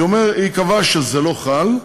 היא קבעה שזה לא חל,